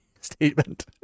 statement